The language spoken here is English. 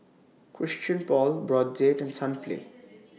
Christian Paul Brotzeit and Sunplay